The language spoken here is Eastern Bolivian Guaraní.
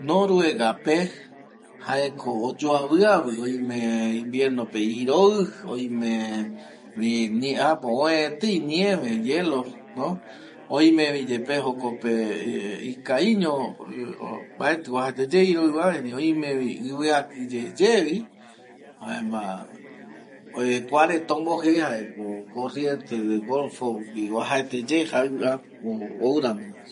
Noruega pe jaeko oyuaviavi oime invierno pe üe etei nieve oime vi ye pe jokope ikaviño mbaeti uajaete ye iroi va erei oime iviaki yeye vi jaema kua reta omboje jae ko corriente del golfo ou kuakoti va